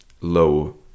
low